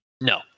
No